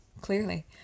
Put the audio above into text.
clearly